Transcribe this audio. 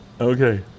Okay